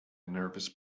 nervous